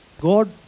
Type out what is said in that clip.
God